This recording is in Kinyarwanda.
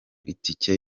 itike